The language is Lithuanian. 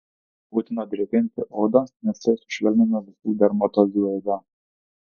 būtina drėkinti odą nes tai sušvelnina visų dermatozių eigą